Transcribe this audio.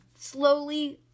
slowly